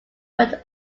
went